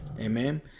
Amen